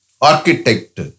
Architect